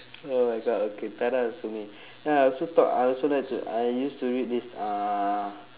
oh my god okay tara sue me ya I also thought I also like to I used to read this uh